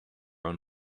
own